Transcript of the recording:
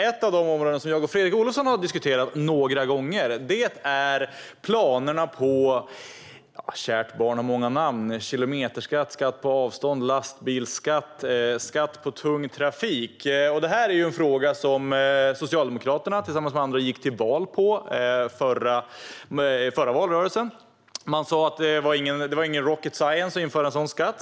Ett av de områden som jag och Fredrik Olovsson har diskuterat några gånger är nämligen planerna på en kilometerskatt, skatt på avstånd, lastbilsskatt, skatt på tung trafik - kärt barn har många namn. Detta är en fråga som Socialdemokraterna tillsammans med andra gick till val på under den förra valrörelsen. De sa att det inte var någon rocket science att införa en sådan skatt.